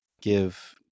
give